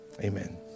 amen